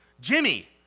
Jimmy